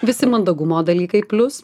visi mandagumo dalykai plius